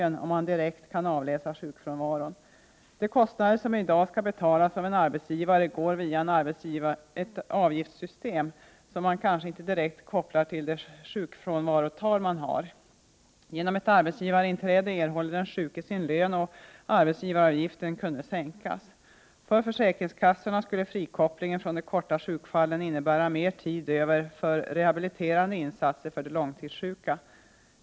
Det får han om han direkt kan avläsa sjukfrånvaron. De kostnader som i dag skall betalas av en arbetsgivare går via ett avgiftssystem som han kanske inte direkt kopplar till det sjukfrånvarotal han har. Genom ett arbetsgivarinträde skulle den sjuke erhålla sin lön och arbetsgivaravgiften kunna sänkas. För försäkringskassorna skulle frikopplingen från de korta sjukfallen innebära mera tid för rehabiliterande insatser för de långtidssjuka.